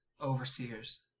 overseers